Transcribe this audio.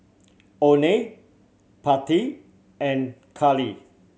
Oney Pattie and Kaylee